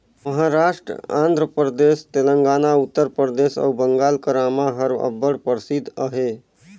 महारास्ट, आंध्र परदेस, तेलंगाना, उत्तर परदेस अउ बंगाल कर आमा हर अब्बड़ परसिद्ध अहे